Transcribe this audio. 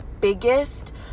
biggest